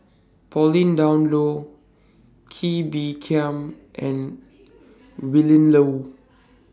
Pauline Dawn Loh Kee Bee Khim and Willin Low